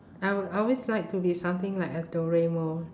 I would always like to be something like a doraemon